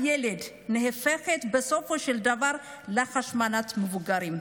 ילד נהפכת בסופו של דבר להשמנת מבוגרים,